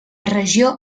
regió